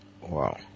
Wow